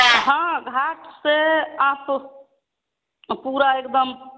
हाँ हाँ उस पर आपको पूरा एक दम